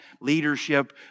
leadership